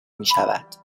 میشود